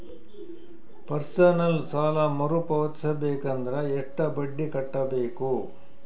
Personal ಸಾಲ ಮರು ಪಾವತಿಸಬೇಕಂದರ ಎಷ್ಟ ಬಡ್ಡಿ ಕಟ್ಟಬೇಕು?